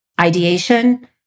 ideation